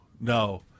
no